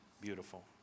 beautiful